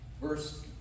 Verse